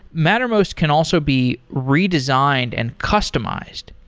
mattermost can also be redesigned and customized.